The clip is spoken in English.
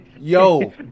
yo